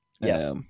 Yes